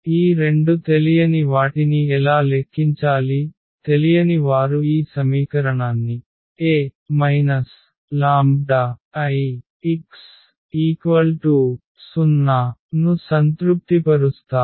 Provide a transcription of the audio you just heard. ఈ రెండు తెలియని వాటిని ఎలా లెక్కించాలి తెలియని వారు ఈ సమీకరణాన్ని A λIx0 ను సంతృప్తిపరుస్తారు